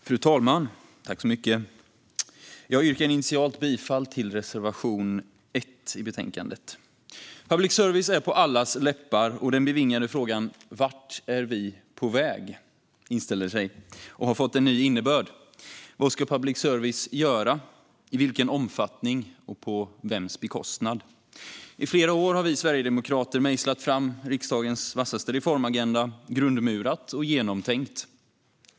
Fru talman! Jag yrkar bifall till reservation 1. Public service är på allas läppar, och den bevingade frågan "Vart är vi på väg?" inställer sig och har fått en ny innebörd. Vad ska public service göra, i vilken omfattning och på vems bekostnad? I flera år har vi sverigedemokrater mejslat fram riksdagens vassaste reformagenda, grundmurat och genomtänkt.